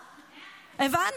הבנת?